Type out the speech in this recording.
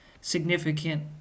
significant